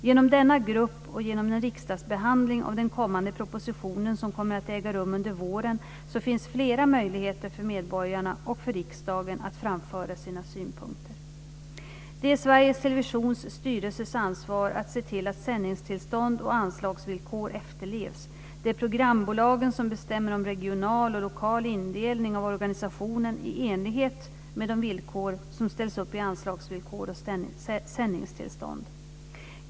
Genom denna grupp och genom den riksdagsbehandling av den kommande propositionen som kommer att äga rum under våren finns det flera möjligheter för medborgarna och för riksdagen att framföra sina synpunkter. Det är Sveriges Televisions styrelses ansvar att se till att sändningstillstånd och anslagsvillkor efterlevs. Det är programbolagen som bestämmer om regional och lokal indelning av organisationen i enlighet med de villkor som ställs upp i anslagsvillkor och sändningstillstånd.